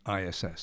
ISS